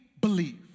believe